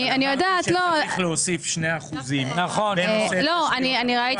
אבל אמרתי שצריך להוסיף 2% בנושא תשתיות תחבורה.